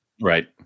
Right